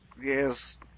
Yes